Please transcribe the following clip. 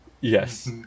yes